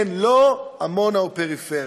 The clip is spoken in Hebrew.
כן, לא, עמונה או פריפריה.